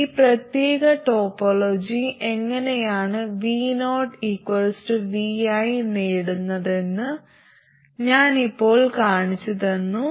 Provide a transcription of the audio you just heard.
ഈ പ്രത്യേക ടോപ്പോളജി എങ്ങനെയാണ് vo vi നേടുന്നതെന്ന് ഞാൻ ഇപ്പോൾ കാണിച്ചുതന്നു